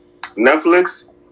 Netflix